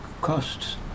costs